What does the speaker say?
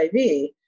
HIV